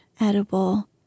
edible